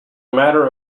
matter